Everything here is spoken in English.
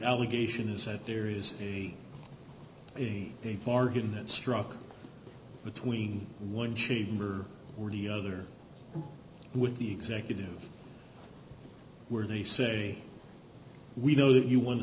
allegation is that there is a bargain that struck between one cheek or the other with the executive were they say we know that you want to